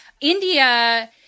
India